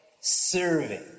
serving